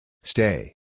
Stay